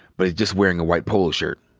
but he's just wearing a white polo shirt.